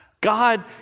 God